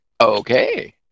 Okay